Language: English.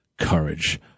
courage